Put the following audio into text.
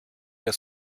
der